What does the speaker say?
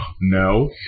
No